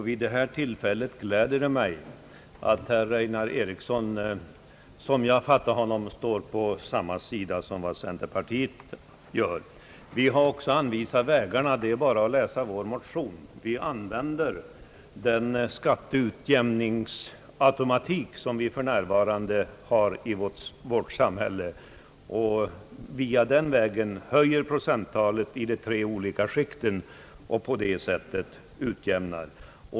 Vid detta tillfälle gläder det mig att herr Einar Eriksson, som jag fattade honom, står på samma sida som centerpartiet. Vi har också anvisat vägarna — det är bara att läsa vår motion. Med den skatteutjämningsautomatik som vi för närvarande har i vårt samhälle höjer vi procenttalen i de tre olika skikten och utjämnar på det sättet.